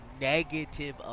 negative